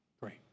Great